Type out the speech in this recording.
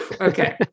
Okay